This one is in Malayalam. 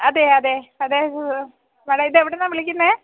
അതെ അതെ അതെ മേഡം ഇതെവിടുന്നാ വിളിക്കുന്നേ